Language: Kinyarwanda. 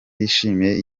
yishimiye